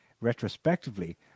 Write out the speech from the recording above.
retrospectively